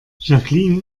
jacqueline